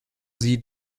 sie